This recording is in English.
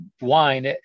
wine